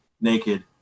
naked